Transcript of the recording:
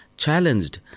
Challenged